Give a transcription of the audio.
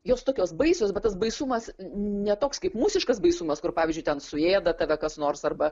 jos tokios baisios bet tas baisumas ne toks kaip mūsiškas baisumas kur pavyzdžiui ten suėda tave kas nors arba